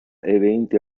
eventi